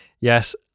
Yes